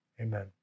Amen